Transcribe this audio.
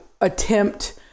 attempt